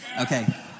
Okay